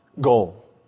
goal